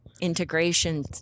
integration